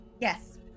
Yes